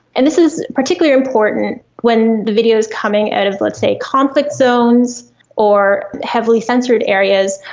and this is particularly important when the video is coming out of, let's say, conflict zones or heavily censored areas,